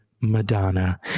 Madonna